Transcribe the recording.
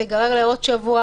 זה ייגרר עוד שבוע,